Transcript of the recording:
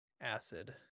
Acid